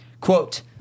Quote